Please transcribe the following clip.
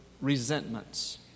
resentments